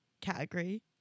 category